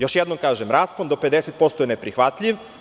Još jednom kažem da je raspon od 50% neprihvatljiv.